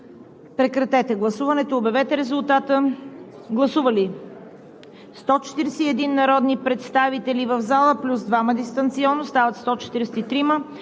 Прекратете гласуването и обявете резултата. Гласували 144 народни представители от залата плюс 2 дистанционно, стават 146: